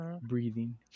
Breathing